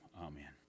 amen